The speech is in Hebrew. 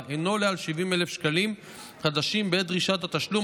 אינו עולה על 70,000 שקלים חדשים בעת דרישת התשלום,